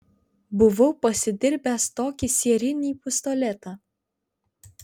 buvau pasidirbęs tokį sierinį pistoletą